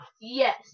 Yes